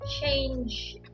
change